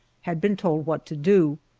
had been told what to do,